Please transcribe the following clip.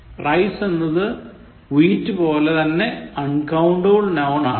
Rice എന്നത് wheat പോലെ തന്നെ അൺകൌണ്ടബിൾ നൌൻ ആണ്